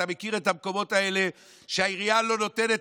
אתה מכיר את המקומות האלה שהעירייה לא נותנת